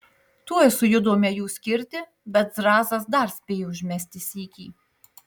tuoj sujudome jų skirti bet zrazas dar spėjo užmesti sykį